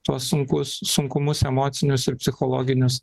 tuos sunkus sunkumus emocinius ir psichologinius